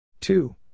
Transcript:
two